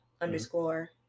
underscore